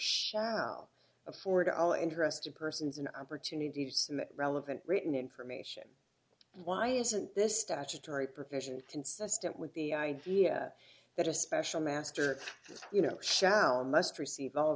cheryl afford all interested persons an opportunity to relevant written information why isn't this statutory provision consistent with the idea that a special master you know sound must receive all